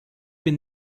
bin